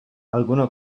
alguna